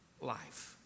life